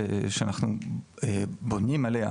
שאנחנו בונים עליה,